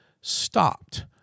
stopped